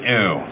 ew